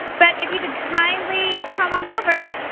but if you could kindly come on over,